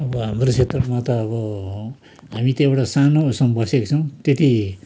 अब हाम्रो क्षेत्रमा त अब हामी त एउटा सानो उसमा बसेको छौँ त्यति